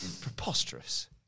Preposterous